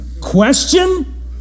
question